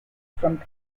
from